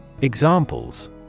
Examples